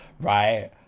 right